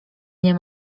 nie